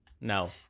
No